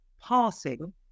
passing